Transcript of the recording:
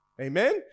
Amen